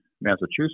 Massachusetts